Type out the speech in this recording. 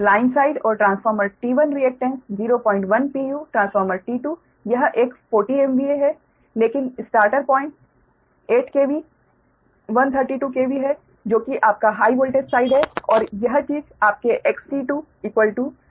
line side और transformer T1 reactance 010 pu transformer T2 यह एक 40 MVA है लेकिन स्टार्ट पॉइंट 8 KV 132 KV है जो कि आपका हाइ वोल्टेज साइड है और यह चीज आपके XT2 010 pu है